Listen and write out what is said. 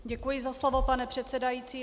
Děkuji za slovo, pane předsedající.